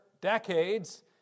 decades